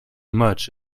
much